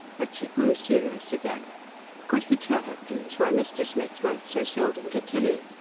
but she grew serious again could he tell her, please, why mr. smith wrote so seldom to tilly?